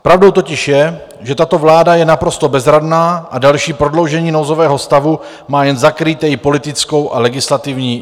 Pravdou totiž je, že tato vláda je naprosto bezradná a další prodloužení nouzového stavu má jen zakrýt její politickou a legislativní impotenci.